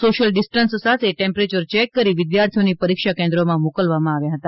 social distancing સાથે temperature check કરી વિદ્યાર્થીઓને પરીક્ષા કેન્દ્રોમાં મોકલવામાં આવ્યા હતા